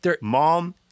mom